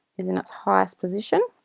is in its highest position.